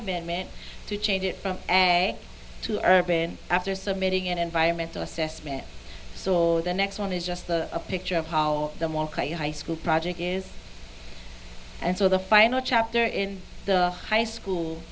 been meant to change it from a to urban after submitting an environmental assessment so the next one is just a picture of how the high school project is and so the final chapter in the high school